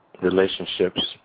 relationships